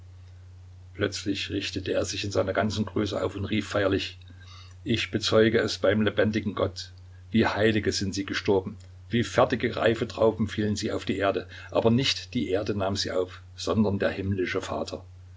plötzlich richtete er sich in seiner ganzen größe auf und rief feierlich ich bezeuge es beim lebendigen gott wie heilige sind sie gestorben wie fertige reife trauben fielen sie auf die erde aber nicht die erde nahm sie auf sondern der himmlische vater